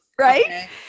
Right